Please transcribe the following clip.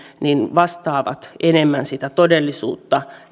vastaavat enemmän sitä todellisuutta